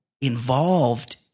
involved